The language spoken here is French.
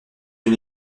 une